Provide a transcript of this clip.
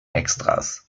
extras